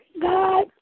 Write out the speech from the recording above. God